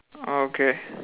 oh okay